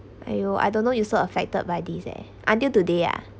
!aiyo! I don't know you so affected by this eh until today ah